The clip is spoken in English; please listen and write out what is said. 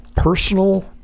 personal